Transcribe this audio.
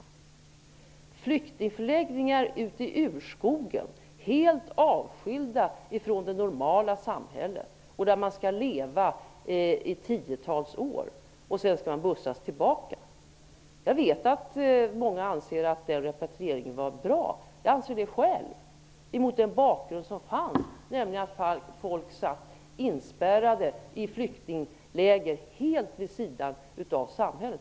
Det var flyktingförläggningar ute i urskogen, helt avskilda från det normala samhället, där man skall leva i tiotals år och sedan bussas tillbaka. Jag vet att många anser att den repatrieringen var bra. Jag anser det själv mot den bakgrund som fanns, nämligen att folk satt inspärrade i flyktingläger helt vid sidan av samhället.